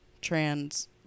trans